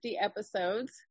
episodes